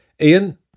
Ian